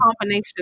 combination